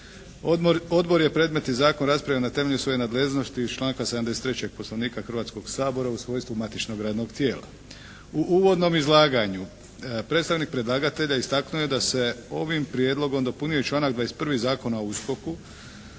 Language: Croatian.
Odbor je predmetni zakon raspravio na temelju svoje nadležnosti iz članka 73. Poslovnika Hrvatskog sabora u svojstvu matičnog radnog tijela. U uvodnom izlaganju predstavnik predlagatelja istaknuo je da se ovim prijedlogom dopunjuje članak 21. Zakona o USKOK-u